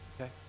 okay